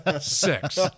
Six